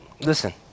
listen